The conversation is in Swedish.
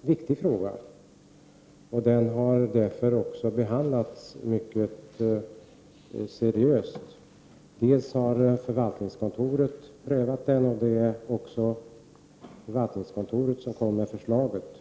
viktig. Den har därför också behandlats mycket seriöst. Förvaltningskontoret har prövat frågan. Det är förvaltningskontoret som har kommit med förslaget.